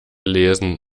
lesen